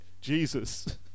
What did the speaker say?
jesus